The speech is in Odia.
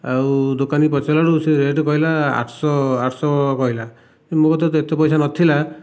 ଆଉ ଦୋକାନୀକୁ ପଚାରିଲା ବେଳକୁ ସେ ସେ ରେଟ୍ କହିଲା ଆଠ ଶହ ଆଠ ଶହ କହିଲା ମୋ ପାଖରେ ତ ଏତେ ପଇସା ନଥିଲା